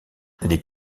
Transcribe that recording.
les